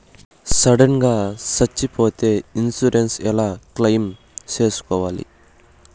Sudden గా సచ్చిపోతే insurance ఎలా క్లెయిమ్ సేసుకోవాలి?